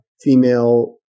female